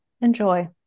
enjoy